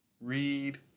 read